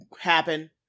happen